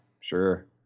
sure